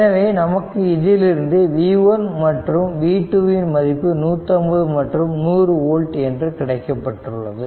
எனவே நமக்கு இதிலிருந்து v1 மற்றும் v2 இன் மதிப்பு 150 மற்றும் 100 ஓல்ட் என்று கிடைக்கப்பெற்றுள்ளது